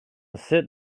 sit